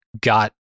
got